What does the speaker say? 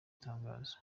tangazo